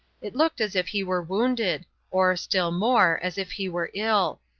it looked as if he were wounded or, still more, as if he were ill.